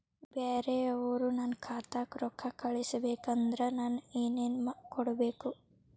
ಬ್ಯಾರೆ ಅವರು ನನ್ನ ಖಾತಾಕ್ಕ ರೊಕ್ಕಾ ಕಳಿಸಬೇಕು ಅಂದ್ರ ನನ್ನ ಏನೇನು ಕೊಡಬೇಕು?